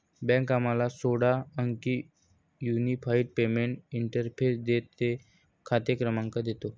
bank आम्हाला सोळा अंकी युनिफाइड पेमेंट्स इंटरफेस देते, खाते क्रमांक देतो